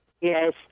Yes